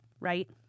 right